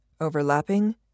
overlapping